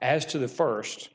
as to the first